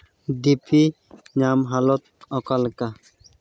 ᱰᱤᱯᱤ ᱧᱟᱢ ᱦᱟᱞᱚᱛ ᱚᱠᱟ ᱞᱮᱠᱟ